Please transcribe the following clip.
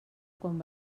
quan